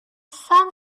sun